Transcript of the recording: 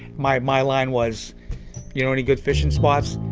my my line was you know any good fishing spots?